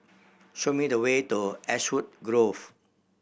show me the way to Ashwood Grove